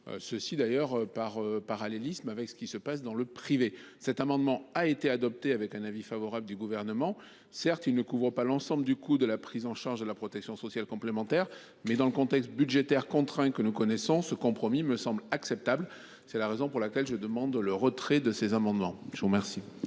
souci de parallélisme avec ce qui se fait dans le privé. Ce dispositif a été adopté avec un avis favorable du Gouvernement. Certes, il ne couvre pas l’ensemble du coût de la prise en charge de la protection sociale complémentaire, mais dans le contexte budgétaire contraint que nous connaissons, ce compromis me semble acceptable. C’est la raison pour laquelle je demande le retrait de ces amendements. Quel